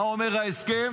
מה אומר ההסכם?